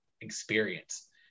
experience